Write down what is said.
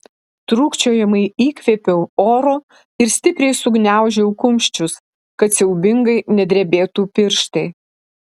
trūkčiojamai įkvėpiau oro ir stipriai sugniaužiau kumščius kad siaubingai nedrebėtų pirštai